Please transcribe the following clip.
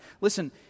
Listen